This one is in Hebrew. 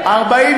מה קורה לכם?